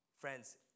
Friends